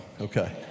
Okay